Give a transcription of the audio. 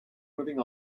moving